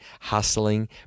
hustling